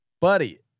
Buddy